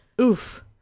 oof